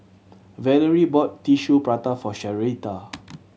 Valarie brought Tissue Prata for Sherita